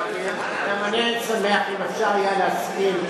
גם אני הייתי שמח אם אפשר היה להסכים,